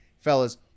fellas